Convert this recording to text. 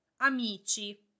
amici